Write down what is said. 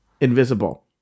invisible